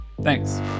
Thanks